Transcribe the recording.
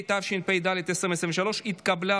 התשפ"ד 2023, נתקבל.